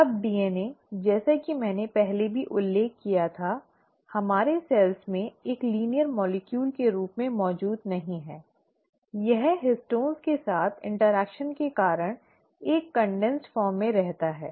अब डीएनए जैसा कि मैंने पहले भी उल्लेख किया था हमारे सेल्स में एक रैखिक अणु के रूप में मौजूद नहीं है यह हिस्टोन के साथ इंटरेक्शन के कारण एक संघनित रूप में रहता है